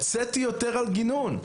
הוצאתי יותר על גינון.